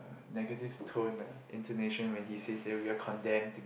negative tone ah intonation when he says that we are condemned